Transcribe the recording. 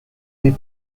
des